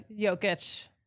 Jokic